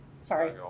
sorry